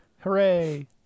Hooray